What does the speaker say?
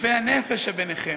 יפי הנפש שביניכם,